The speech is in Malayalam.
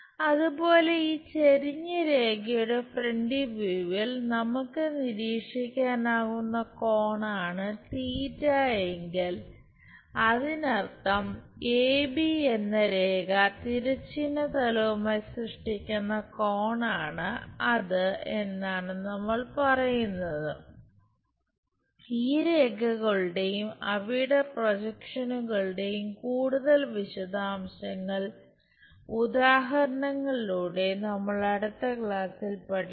അതുപോലെ ഈ ചെരിഞ്ഞ രേഖയുടെ ഫ്രന്റ് വ്യൂവിൽ കൂടുതൽ വിശദാംശങ്ങൾ ഉദാഹരണങ്ങളിലൂടെ നമ്മൾ അടുത്ത ക്ലാസ്സിൽ പഠിക്കും